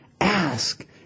Ask